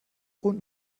und